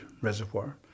reservoir